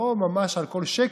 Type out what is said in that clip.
לא ממש על כל שקל.